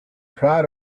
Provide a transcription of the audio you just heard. proud